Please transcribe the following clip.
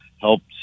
helped